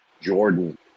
Jordan